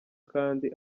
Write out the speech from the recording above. kandi